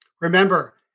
Remember